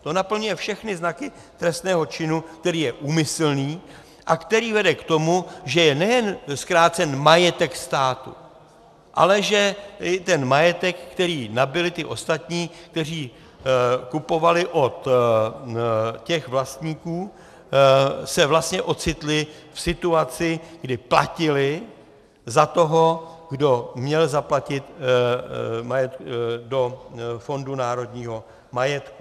To naplňuje všechny znaky trestného činu, který je úmyslný a který vede k tomu, že je nejen zkrácen majetek státu, ale že i majetek, který nabyli ti ostatní, kteří kupovali od těch vlastníků, se vlastně ocitli v situaci, kdy platili za toho, kdo měl zaplatit do Fondu národního majetku.